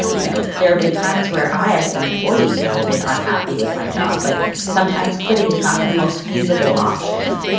you know, there have been times where i, as an employee have been unhappy with my job, but sometimes quitting is not the most feasible option.